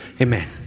Amen